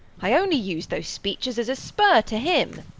i only used those speeches as a spur to him.